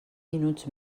minuts